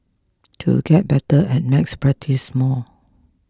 to get better at maths practise more